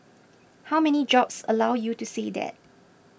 how many jobs allow you to say that